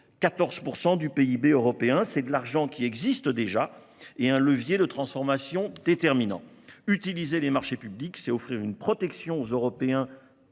14 % du PIB européen. C'est de l'argent qui existe déjà et un levier de transformation déterminant. Utiliser les marchés publics, c'est offrir une protection aux Européens